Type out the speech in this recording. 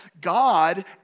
God